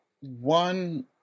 One